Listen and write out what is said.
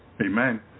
Amen